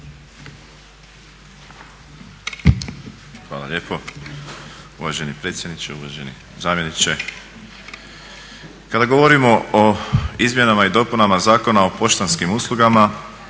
Hvala lijepo. Uvaženi predsjedniče, uvaženi zamjeniče. Kada govorimo o izmjenama i dopunama Zakona o poštanskim uslugama